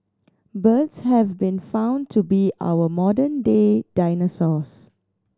birds have been found to be our modern day dinosaurs